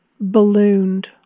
ballooned